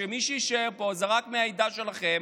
שמי שיישאר פה זה רק מהעדה שלכם,